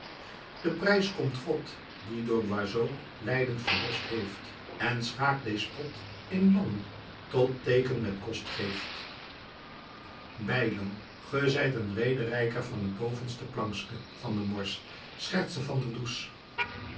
den prijs comt godt die door boizot leiden verlost heeft en schaeck deez pot in lammen tot teken met cost geeft bijlo ge zijt een rederijker van het bovenste plankske van der morsch schertste van der